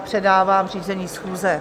Předávám řízení schůze.